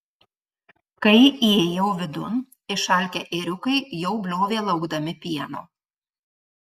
kai įėjau vidun išalkę ėriukai jau bliovė laukdami pieno